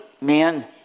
men